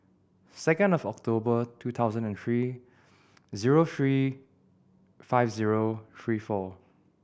second of October two thousand and three zero three five zero three four